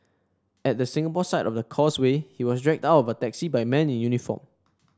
at the Singapore side of the Causeway he was dragged out of a taxi by men in uniform